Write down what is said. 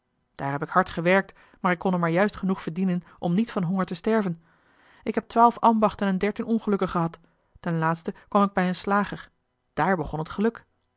daar heb ik hard gewerkt maar ik kon er maar juist genoeg verdienen om niet van honger te sterven ik heb twaalf ambachten en dertien ongelukken gehad ten laatste kwam ik bij een slager daar begon het geluk